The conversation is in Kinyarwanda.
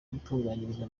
gutunganyirizwa